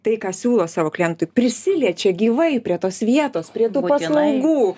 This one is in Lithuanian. tai ką siūlo savo klientui prisiliečia gyvai prie tos vietos prie tų paslaugų